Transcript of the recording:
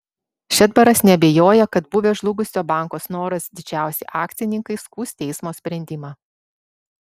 šedbaras neabejoja kad buvę žlugusio banko snoras didžiausi akcininkai skųs teismo sprendimą